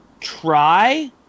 try